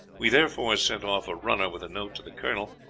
we therefore sent off a runner with a note to the colonel,